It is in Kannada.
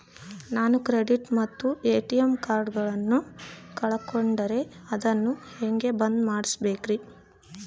ನಾನು ಕ್ರೆಡಿಟ್ ಮತ್ತ ಎ.ಟಿ.ಎಂ ಕಾರ್ಡಗಳನ್ನು ಕಳಕೊಂಡರೆ ಅದನ್ನು ಹೆಂಗೆ ಬಂದ್ ಮಾಡಿಸಬೇಕ್ರಿ?